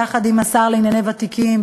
יחד עם השר לאזרחים ותיקים,